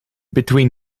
between